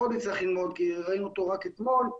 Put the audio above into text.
נצטרך ללמוד כי ראינו אותו רק אתמול,